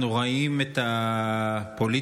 אנחנו רואים את הפוליטיקה